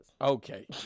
Okay